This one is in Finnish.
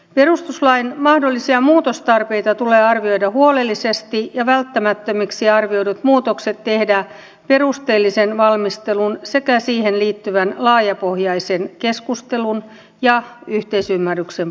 perustuslain mahdollisia muutostarpeita tulee arvioida huolellisesti ja välttämättömiksi arvioidut muutokset tehdä perusteellisen valmistelun sekä siihen liittyvän laajapohjaisen keskustelun ja yhteisymmärryksen pohjalta